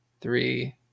three